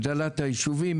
הגדלת היישובים,